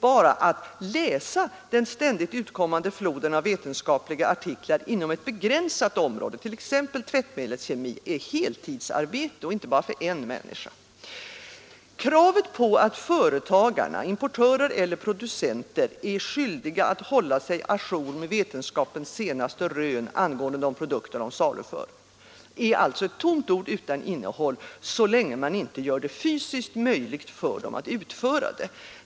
Bara att läsa den ständigt utkommande floden av vetenskapliga artiklar inom ett begränsat område, t.ex. tvättmedelskemi, är heltidsarbete, och inte bara för en människa. Kravet att företagarna, importörer eller producenter, är skyldiga att hålla sig å jour med vetenskapens senaste rön angående de produkter de saluför är alltså ett tomt ord utan innehåll så länge man inte gör det fysiskt möjligt för dem att förverkliga det.